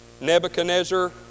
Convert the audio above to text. Nebuchadnezzar